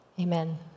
Amen